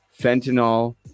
fentanyl